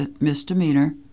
misdemeanor